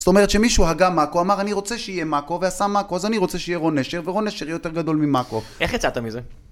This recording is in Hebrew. זאת אומרת שמישהו הגה מאקו, אמר אני רוצה שיהיה מאקו, ועשה מאקו, אז אני רוצה שיהיה רון נשר, ורון נשר יהיה יותר גדול ממאקו. איך יצאת מזה?